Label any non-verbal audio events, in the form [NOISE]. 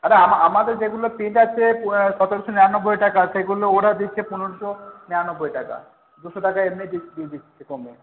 আরে আমাদের যেগুলো প্রিন্ট [UNINTELLIGIBLE] সতেরোশো নিরানব্বই টাকার সেগুলো ওরা দিচ্ছে পনেরোশো নিরানব্বই টাকা দুশো টাকা এমনিই দিয়ে দিচ্ছে কমে